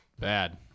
Bad